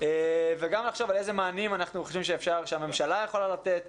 וגם לחשוב על אילו מענים אנחנו חושבים שהממשלה יכולה לתת,